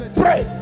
pray